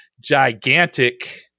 gigantic